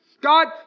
God